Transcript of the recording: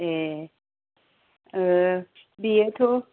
ए बेयोथ'